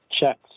checks